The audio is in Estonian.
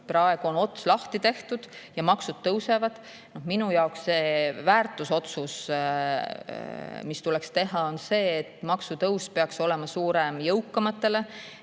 Praegu on ots lahti tehtud ja maksud tõusevad. Minu jaoks see väärtusotsus, mis tuleks teha, on see, et maksutõus peaks olema suurem jõukamatel.